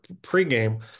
pregame